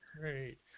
Great